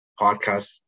podcast